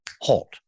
halt